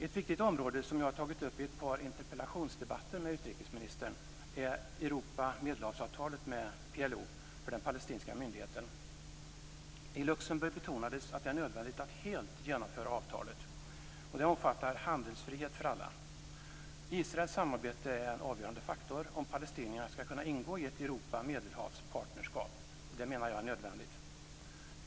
Ett viktigt område som jag har tagit upp i ett par interpellationsdebatter med utrikesministern är Europa-Medelhavsavtalet med PLO för den palestinska myndigheten. I Luxemburg betonades att det är nödvändigt att helt genomföra avtalet. Det omfattar handelsfrihet för alla. Israels samarbete är en avgörande faktor om palestinierna skall kunna ingå i ett Europa Medelhavspartnerskap, vilket jag menar är nödvändigt.